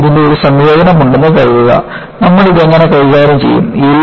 എനിക്ക് ഇതിന്റെ ഒരു സംയോജനമുണ്ടെന്ന് കരുതുക നമ്മൾ ഇത് എങ്ങനെ കൈകാര്യം ചെയ്യും